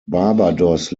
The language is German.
barbados